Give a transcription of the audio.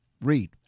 Read